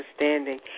understanding